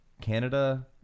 Canada